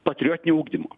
patriotinio ugdymo